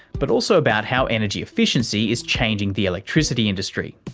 but also about how energy efficiency is changing the electricity industry.